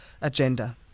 agenda